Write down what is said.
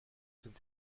sind